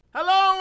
Hello